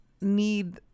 need